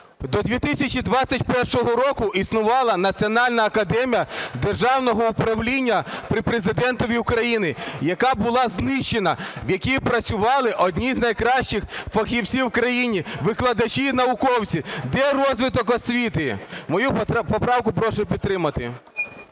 До 2021 року існувала Національна академія державного управління при Президентові України, яка була знищена, в якій працювали одні з найкращих фахівців в країні, викладачі і науковці. Де розвиток освіти? Мою поправку прошу підтримати.